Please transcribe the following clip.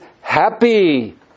happy